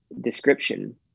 description